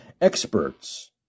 Experts